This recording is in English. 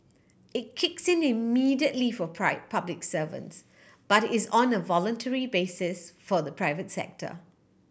it kicks in immediately for public servants but is on the voluntary basis for the private sector